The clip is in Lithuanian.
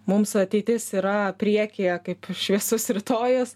mums ateitis yra priekyje kaip šviesus rytojus